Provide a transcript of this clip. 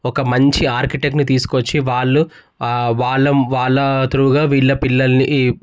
ఒక మంచి ఆర్కిటెక్ని తీసుకొచ్చి వాళ్ళ వాళ్ళ తృగా వీళ్ళ